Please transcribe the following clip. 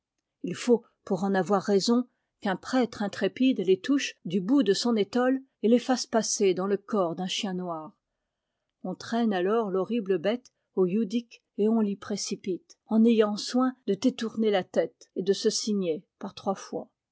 il faut pour en avoir raison qu'un prêtre intrépide les touche du bout de son étole et les fasse passer dans le corps d'un chien noir on traîne alors l'horrible bête au youdik et on l'y précipite en ayant soin de détourner la tête et de se signer par trois fois